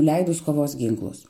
leidus kovos ginklus